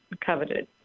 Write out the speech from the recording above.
Coveted